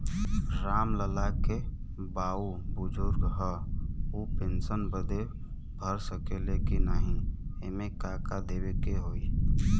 राम लाल के बाऊ बुजुर्ग ह ऊ पेंशन बदे भर सके ले की नाही एमे का का देवे के होई?